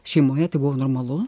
šeimoje tai buvo normalu